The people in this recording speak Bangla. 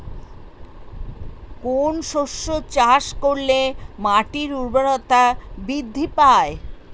কোন শস্য চাষ করলে মাটির উর্বরতা বৃদ্ধি পায়?